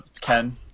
Ken